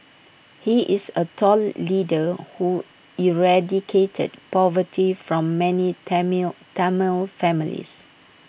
he is A tall leader who eradicated poverty from many Tamil Tamil families